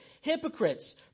Hypocrites